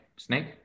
Snake